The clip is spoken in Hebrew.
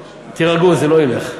תירגעו, זה לא ילך.